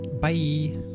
Bye